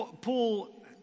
Paul